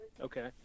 okay